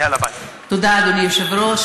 אדוני היושב-ראש.